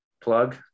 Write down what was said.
plug